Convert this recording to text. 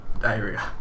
Diarrhea